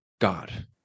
God